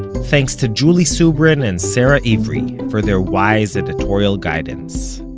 thanks to julie subrin and sara ivry for their wise editorial guidance